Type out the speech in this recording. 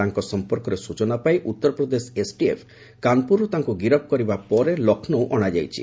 ତାଙ୍କ ସମ୍ପର୍କରେ ସୂଚନା ପାଇ ଉତ୍ତରପ୍ରଦେଶ ଏସ୍ଟିଏଫ୍ କାନପୁରରୁ ତାଙ୍କୁ ଗିରଫ୍ କରିବା ପରେ ଲକ୍ଷ୍ନୌ ଅଣାଯାଇଛି